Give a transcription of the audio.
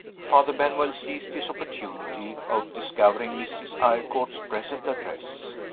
father benwell seized his opportunity of discovering mrs. eyrecourt's present address.